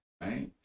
right